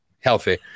healthy